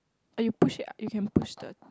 uh you push it ah you can push the